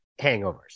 hangovers